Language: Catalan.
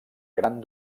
gran